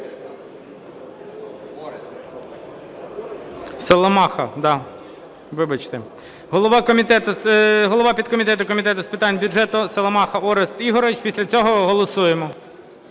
Соломаха. Голова підкомітету Комітету з питань бюджету Соломаха Орест Ігоревич. Після цього голосуємо.